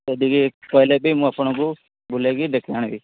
ସେଠିକି କହିଲେ ବି ମୁଁ ଆପଣଙ୍କୁ ବୁଲେଇକି ଦେଖେଇ ଆଣିବି